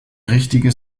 richtige